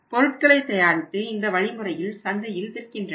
பொருட்களை தயாரித்து இந்த வழிமுறையில் சந்தையில் விற்கின்றனர்